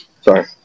Sorry